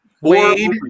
Wade